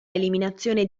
eliminazione